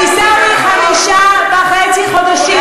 אין ממשלה מתפקדת בישראל חמישה וחצי חודשים,